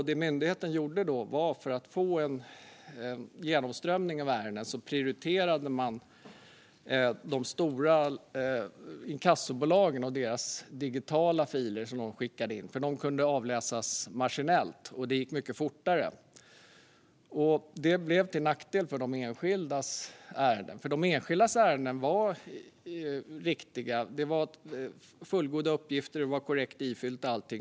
Det myndigheten då gjorde för att få en genomströmning av ärenden var att prioritera de stora inkassobolagen och deras inskickade digitala filer. De kunde nämligen avläsas maskinellt, och det gick mycket fortare. Detta blev till nackdel för de enskildas ärenden. De enskildas ärenden var riktiga, med fullgoda uppgifter och allting korrekt ifyllt.